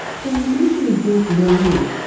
so you mentioned deep learning,